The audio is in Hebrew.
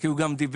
כי הוא גם דיבר,